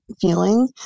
feeling